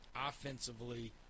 offensively